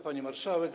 Pani Marszałek!